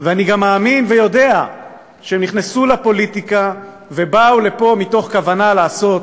ואני גם מאמין ויודע שהם נכנסו לפוליטיקה ובאו לפה מתוך כוונה לעשות,